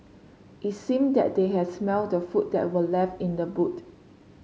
it seemed that they had smelt the food that were left in the boot